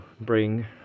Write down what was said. bring